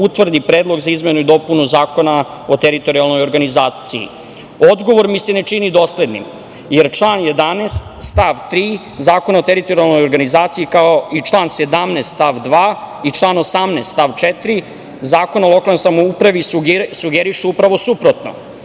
utvrdi predlog za izmenu i dopunu Zakona o teritorijalnoj organizaciji. Odgovor mi se ne čini doslednim, jer član 11. stav 3. Zakona o teritorijalnoj organizaciji, kao i član 17. stav 2. i član 18. stav 4. Zakona o lokalnoj samoupravi sugeriše upravo suprotno.